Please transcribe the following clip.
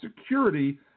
security